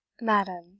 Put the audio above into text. madam